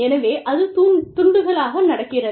எனவே அது துண்டுகளாக நடக்கிறது